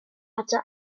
hatte